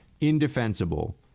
indefensible